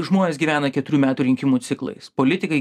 žmonės gyvena keturių metų rinkimų ciklais politikai